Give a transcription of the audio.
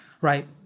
right